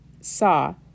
saw